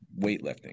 weightlifting